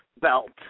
belt